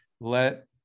let